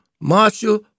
Marshall